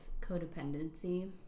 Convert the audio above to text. codependency